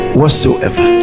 whatsoever